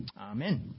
Amen